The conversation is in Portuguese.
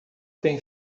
tem